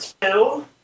two